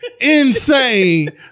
insane